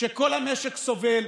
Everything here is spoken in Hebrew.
כשכל המשק סובל,